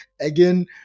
again